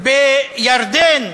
בירדן,